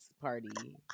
party